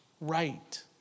right